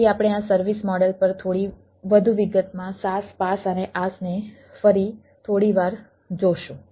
તેથી આપણે આ સર્વિસ મોડેલ પર થોડી વધુ વિગતમાં SaaS PaaS અને IaaS ને ફરી થોડી વાર જોશું